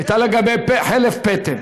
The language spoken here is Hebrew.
הייתה לגבי, חלף פטם.